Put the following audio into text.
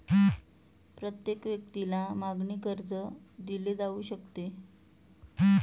प्रत्येक व्यक्तीला मागणी कर्ज दिले जाऊ शकते